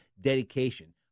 dedication